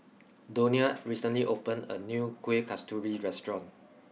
Donia recently opened a new Kuih Kasturi restaurant